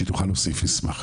שהיא תוכל להוסיף מסמך.